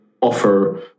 offer